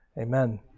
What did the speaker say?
Amen